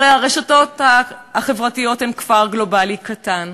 הרי הרשתות החברתיות הן כפר גלובלי קטן,